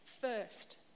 first